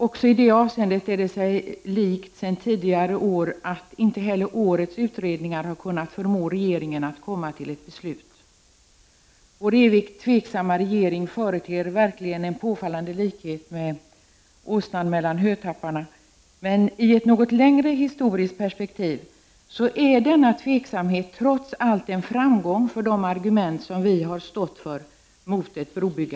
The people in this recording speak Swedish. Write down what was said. Också i det avseendet är det sig likt sedan tidigare år att inte heller årets utredningar har kunnat förmå regeringen att fatta ett beslut. Vår evigt tveksamma regering företer verkligen en påfallande likhet med åsnan mellan hötapparna. Men i ett något längre historiskt perspektiv är denna tveksamhet trots allt en framgång för de argument som vi har stått för mot ett brobygge.